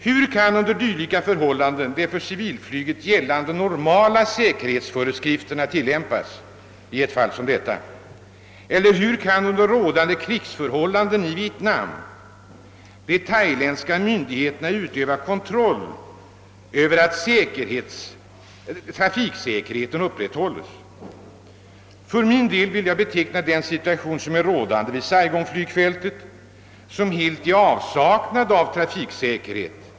Hur kan under dylika förhållanden de för civilflyget gällande normala säkerhetsföreskrifterna tillämpas, eller hur kan under rådande krigsförhållanden i Vietnam de thailändska myndigheterna utöva kontroll över att trafiksäkerheten upprätthålles? Jag vill för min del beteckna den situation som råder vid Saigons flygfält som helt i avsaknad av trafiksäkerhet.